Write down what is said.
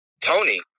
Tony